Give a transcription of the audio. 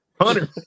Hunter